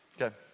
okay